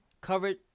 covered